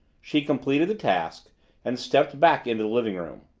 she completed the task and stepped back into the living-room.